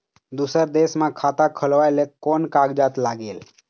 दूसर देश मा खाता खोलवाए ले कोन कागजात लागेल?